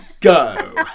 go